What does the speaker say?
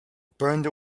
burned